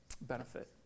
benefit